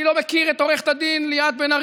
אני לא מכיר את עו"ד ליאת בן-ארי,